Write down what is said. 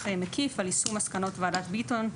מקיף על יישום מסקנות וועדת ביטון,